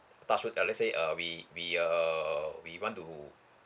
touch wood uh let's say uh we we uh we want to